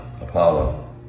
Apollo